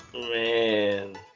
Man